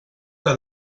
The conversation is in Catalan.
que